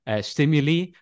stimuli